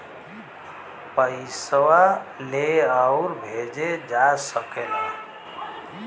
पइसवा ले आउर भेजे जा सकेला